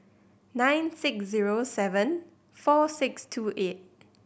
nine six zero seven four six two eight